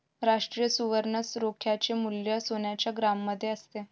राष्ट्रीय सुवर्ण रोख्याचे मूल्य सोन्याच्या ग्रॅममध्ये असते